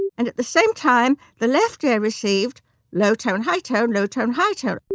and and at the same time, the left ear received low tone, high tone, low tone, high tone